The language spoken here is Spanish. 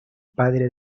padre